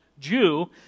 Jew